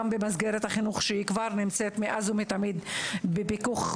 במסגרת החינוך שנמצאת מאז ומתמיד בפיקוח,